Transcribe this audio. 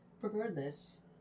Regardless